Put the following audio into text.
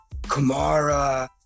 kamara